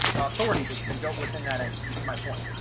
authority that's been built within that entity is my point.